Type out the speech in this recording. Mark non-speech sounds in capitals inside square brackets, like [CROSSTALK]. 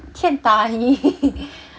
欠打你 [LAUGHS]